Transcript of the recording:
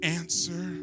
answer